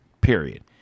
Period